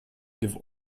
give